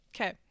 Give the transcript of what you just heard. Okay